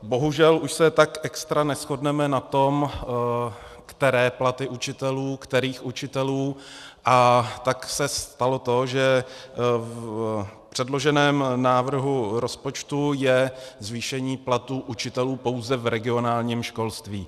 Bohužel, už se tak extra neshodneme na tom, které platy učitelů, kterých učitelů, a tak se stalo to, že v předloženém návrhu rozpočtu je zvýšení platů učitelů pouze v regionálním školství.